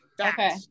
Okay